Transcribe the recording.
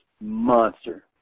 monster